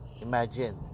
imagine